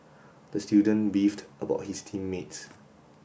the student beefed about his team mates